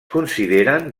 consideren